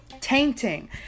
tainting